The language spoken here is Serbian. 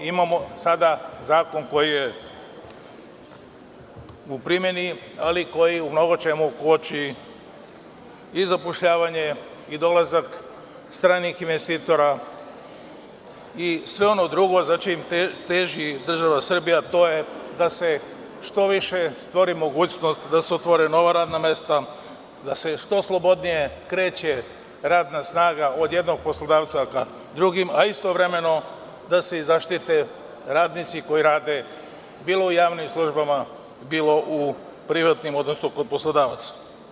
Imamo sada zakon koji je u primeni ali koji u mnogo čemu koči i zapošljavanje i dolazak stranih investitora i sve ono drugo za čim teži država Srbija, a to je da se što više stvori mogućnost, da se otvore nova radna mesta, da se što slobodnije kreće radna snaga od jednog poslodavca ka drugima, a istovremeno da se i zaštite radnici koji rade bilo u javnim službama, bilo u privatnim, odnosno kod poslodavca.